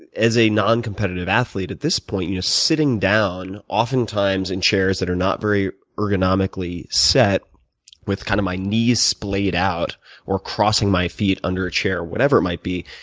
as a noncompetitive athlete at this point you know sitting down oftentimes in chairs that are not very ergonomically set with kind of my knees splayed out or crossing my feet under a or whatever it might be,